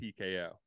TKO